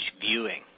viewing